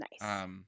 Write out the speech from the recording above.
Nice